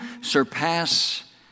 surpass